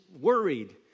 worried